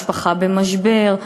משפחה במשבר,